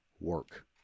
work